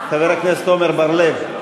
חבר הכנסת עמר בר-לב,